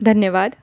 धन्यवाद